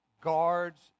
guards